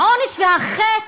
העונש והחטא,